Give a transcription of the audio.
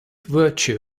virtue